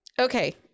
Okay